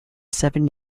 seven